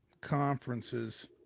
conferences